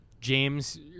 james